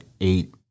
eight